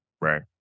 Right